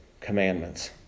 commandments